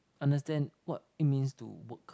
understand what it means to work